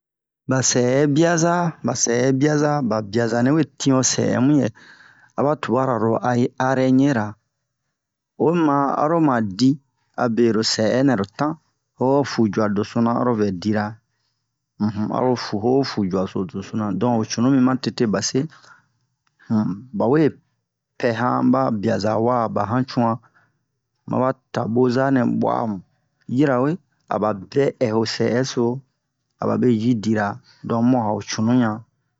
ba sɛ'ɛ biaza ba sɛ'ɛ biaza ba biaza nɛ we tin ho sɛ'ɛ mu yɛ a ba tubara lo are arɛɲera o ma aro ma di abe lo sɛ'ɛ nɛ lo tan o ho fu jua doso na aro vɛ dira um a ho fu o ho fu jua so deso na don ho cunu mi ma tete ba se um ba we pɛhan ba biaza wa ba hancu'an ma ba taboza nɛ bu'a a mu yirawe a ba vɛ ɛ ho sɛ'ɛ so a babe yi dira don mu'a ho cunu ɲa